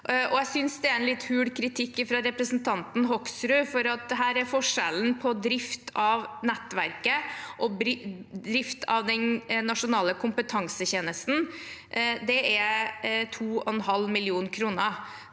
Jeg synes det er en litt hul kritikk fra representanten Hoksrud, for forskjellen på drift av nettverket og drift av den nasjonale kompetansetjenesten er 2,5 mill. kr.